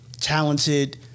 talented